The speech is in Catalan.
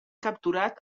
capturat